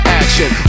action